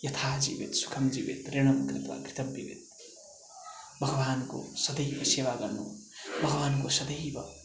यथा जिवित सुखम् जिवित रेनम् कृत्व घृतव पिविद भगवान्को सधैँ सेवा गर्नु भगवान्को सधैँ भक्त